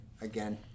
again